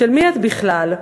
מי את בכלל?